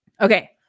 Okay